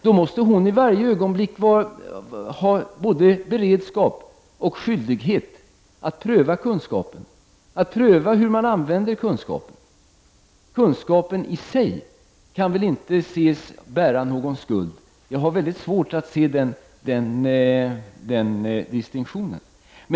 Då måste hon i varje ögonblick ha både beredskap och skyldighet att pröva kunskapen och att pröva hur man använder kunskapen. Kunskapen i sig kan väl inte bära någon skuld.